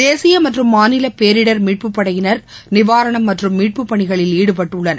தேசியமற்றும் மாநிலபேரிடர் மீட்புப்படையினர் நிவாரணம் மற்றும் மீட்புப்பணிகளில் ஈடுபட்டுள்ளனர்